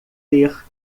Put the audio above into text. ter